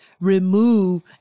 remove